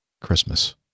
Christmas